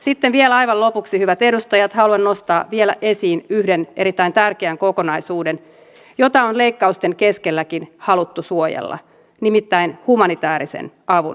sitten vielä aivan lopuksi hyvät edustajat haluan nostaa esiin yhden erittäin tärkeän kokonaisuuden jota on leikkausten keskelläkin haluttu suojella nimittäin humanitäärisen avun